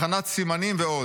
הכנת סימנים ועוד.